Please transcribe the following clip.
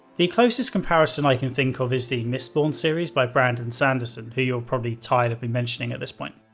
the closest comparison i can think of is the mistborn series by brandon sanderson, who you're probably tired of me mentioning at this point.